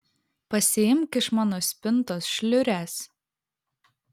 pasiimk iš mano spintos šliures